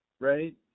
Right